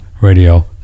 radio